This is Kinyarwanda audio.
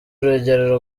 urugero